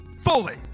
fully